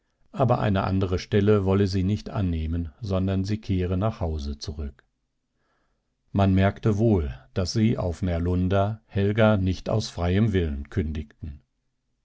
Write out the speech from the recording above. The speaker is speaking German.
aber eine andere stelle wolle sie nicht annehmen sondern sie kehre nach hause zurück man merkte wohl daß sie auf närlunda helga nicht aus freiem willen kündigten